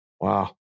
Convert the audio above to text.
Wow